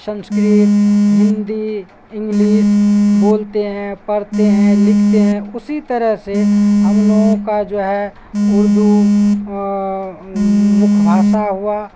Sanskrit Hindi English بولتے ہیں پڑھتے ہیں لکھتے ہیں اسی طرح سے ہم لوگوں کا جو ہے اردو مکھ بھاشا ہوا